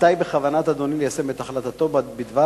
מתי בכוונת אדוני ליישם את החלטתו בדבר